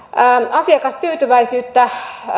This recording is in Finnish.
asiakastyytyväisyyttä